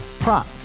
Prop